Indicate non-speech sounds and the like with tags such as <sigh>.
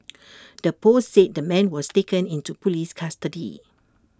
<noise> the post said the man was taken into Police custody